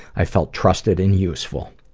i felt trusted and useful.